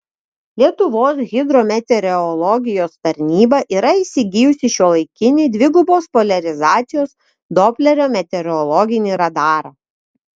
lietuvos hidrometeorologijos tarnyba yra įsigijusi šiuolaikinį dvigubos poliarizacijos doplerio meteorologinį radarą